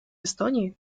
эстонии